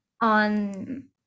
on